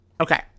Okay